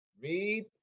Read